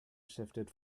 shifted